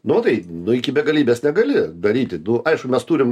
nu tai nu iki begalybės negali daryti nu aišku mes turim